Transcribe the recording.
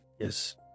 yes